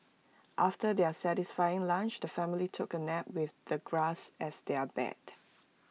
after their satisfying lunch the family took A nap with the grass as their bed